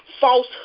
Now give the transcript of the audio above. falsehood